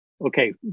okay